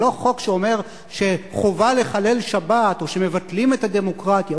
זה לא חוק שאומר שחובה לחלל שבת או שמבטלים את הדמוקרטיה,